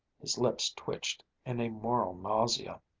his lips twitched in a moral nausea.